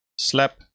Slap